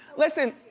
listen.